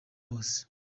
bose